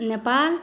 Nepal